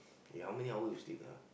ya how many hour you sleep lah